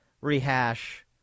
rehash